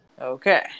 Okay